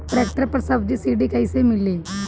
Tractor पर subsidy कैसे मिली?